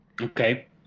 Okay